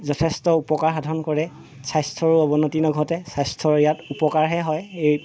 যথেষ্ট উপকাৰ সাধন কৰে স্বাস্থ্যৰ অৱনতি নঘটে স্বাস্থ্যৰ ইয়াত উপকাৰহে হয় এই